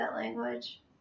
language